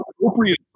appropriate